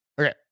Okay